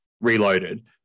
Reloaded